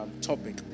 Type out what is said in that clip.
topic